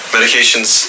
Medications